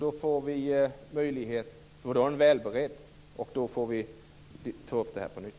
Då är den väl beredd, och vi får möjlighet att ta upp detta på nytt.